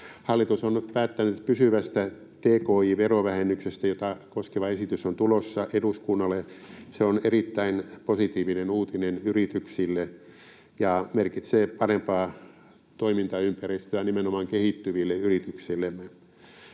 Hallitus on päättänyt pysyvästä tki-verovähennyksestä, jota koskeva esitys on tulossa eduskunnalle. Se on erittäin positiivinen uutinen yrityksille ja merkitsee parempaa toimintaympäristöä nimenomaan kehittyville yrityksillemme.